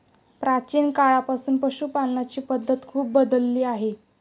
प्राचीन काळापासून पशुपालनाची पद्धत खूप बदलली आहे